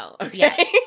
Okay